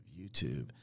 YouTube